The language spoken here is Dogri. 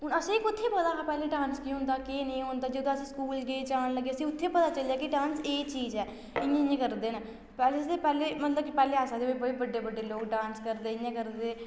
हून असेंई कुत्थें पता हा पैह्लें डांस केह् होंदा केह् नेईं होंदा जेल्लै अस स्कूल गे जान लग्गे असेंई उत्थे पता चलेआ के डांस एह् चीज़ ऐ इ'यां इ'यां करदे न कालजे दे पैह्ले कि मतलब पैह्ले अस आखदे कि भई बड्डे बड्डे लोग डांस करदे इ'यां करदे